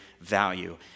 value